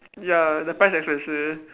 ya the price expensive